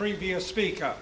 previous speaker